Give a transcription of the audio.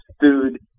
food